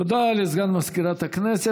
תודה לסגן מזכירת הכנסת.